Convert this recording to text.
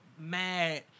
mad